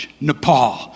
Nepal